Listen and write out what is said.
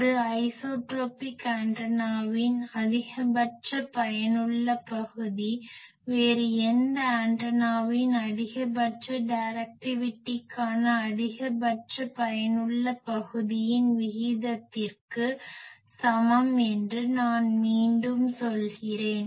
ஒரு ஐசோட்ரோபிக் ஆண்டனாவின் அதிகபட்ச பயனுள்ள பகுதி வேறு எந்த ஆண்டனாவின் அதிகபட்ச டைரக்டிவிட்டிக்கான அதிகபட்ச பயனுள்ள பகுதியின் விகிதத்திற்கு சமம் என்று நான் மீண்டும் சொல்கிறேன்